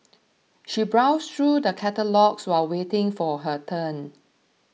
she browsed through the catalogues while waiting for her turn